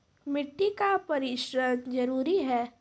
मिट्टी का परिक्षण जरुरी है?